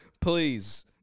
Please